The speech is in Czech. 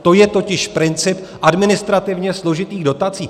To je totiž princip administrativně složitých dotací.